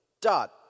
dot